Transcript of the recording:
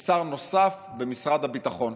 כשר נוסף במשרד הביטחון,